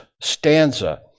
stanza